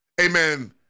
Amen